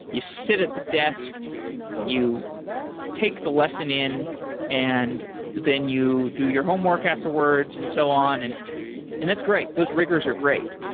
you sit at the desk you take the lesson in and then you do your homework afterwards and so on, and and that's great. those rigors are great.